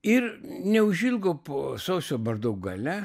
ir neužilgo po sausio maždaug gale